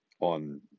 On